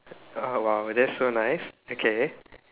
uh !wow! that's so nice okay